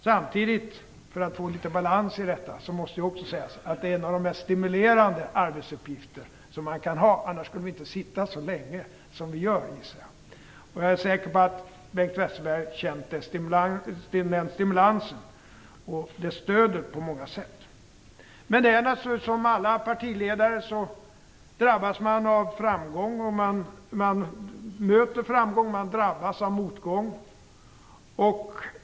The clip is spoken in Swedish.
Samtidigt, för att få litet balans i detta, måste jag också säga att det är en av de mest stimulerande arbetsuppgifter som man kan ha. Annars skulle vi inte sitta så länge som vi gör, gissar jag. Jag är säker på att Bengt Westerberg har känt den stimulansen och det stödet på många sätt. Men det är naturligtvis som för alla partiledare, man möter framgång och drabbas av motgång.